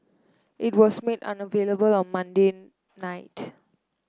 it was made unavailable on Monday night